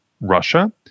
Russia